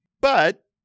But-